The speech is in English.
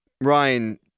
Ryan